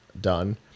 done